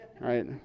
right